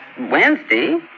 Wednesday